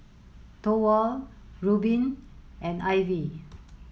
Thorwald Reubin and Ivy